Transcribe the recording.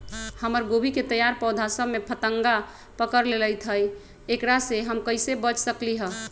हमर गोभी के तैयार पौधा सब में फतंगा पकड़ लेई थई एकरा से हम कईसे बच सकली है?